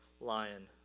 lion